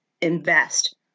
invest